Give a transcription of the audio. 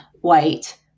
white